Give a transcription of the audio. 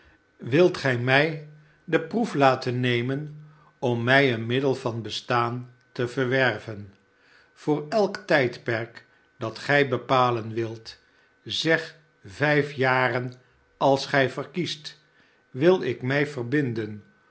wilt gij mij de proef laten nemen om mij een middel van bestaan te verwerven voor elk tijdperk dat gij bepalen wilt zeg vijf jaren als gij verkiest wil ik mij verdinden